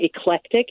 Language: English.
eclectic